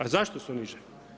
A zašto su niže?